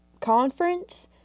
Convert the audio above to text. conference